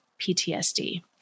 PTSD